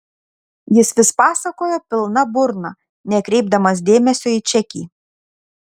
jis vis pasakojo pilna burna nekreipdamas dėmesio į čekį